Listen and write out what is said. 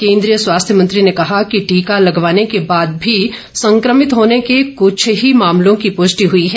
केन्द्रीय स्वास्थ्य मंत्री ने कहा कि टीका लगवाने के बाद भी संक्रमित होने के कुछ ही मामलों की पृष्टि हई है